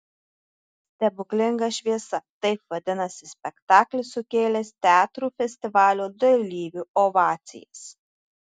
stebuklinga šviesa taip vadinasi spektaklis sukėlęs teatrų festivalio dalyvių ovacijas